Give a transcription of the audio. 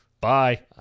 bye